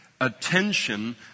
attention